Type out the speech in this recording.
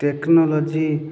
technology